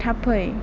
थाब फै